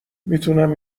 میتونم